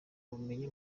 ubumenyi